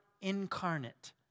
incarnate